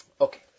Okay